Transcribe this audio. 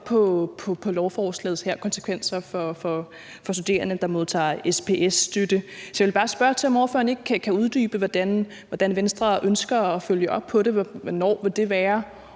på lovforslagets konsekvenser for studerende, der modtager SPS-støtte. Så jeg vil bare spørge til, om ordføreren ikke kan uddybe, hvordan Venstre ønsker at følge op på det. Hvornår vil det være